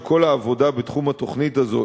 כל העבודה בתחום העבודה הזאת,